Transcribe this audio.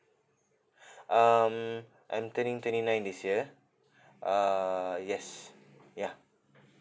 um I'm turning twenty nine this year uh yes yeah